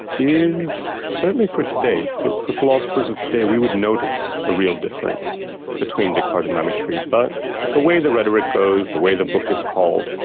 is certainly for today, for for philosophers of today, we would notice a real difference between descartes and la mettrie. but the way the rhetoric goes, the way the book is called,